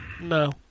No